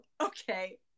okay